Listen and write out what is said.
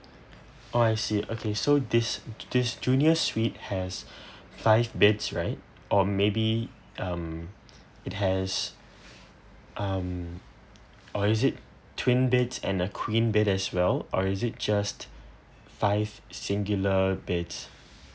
oh I see okay so this this junior suite has five beds right or maybe um it has um or is it twin beds and a queen bed as well or is it just five singular beds